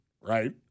Right